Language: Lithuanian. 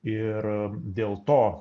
ir dėl to